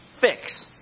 fix